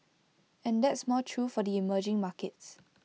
and that's more true for the emerging markets